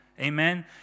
Amen